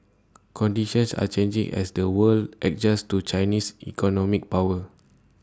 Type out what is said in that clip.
conditions are changing as the world adjusts to Chinese economic power